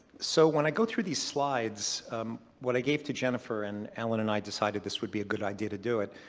so when i go through these slides what i gave to jennifer and allen and i decided this would be a good idea to do it,